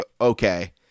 okay